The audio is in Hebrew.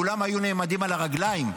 כולם היו נעמדים על הרגליים,